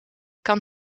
kan